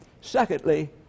Secondly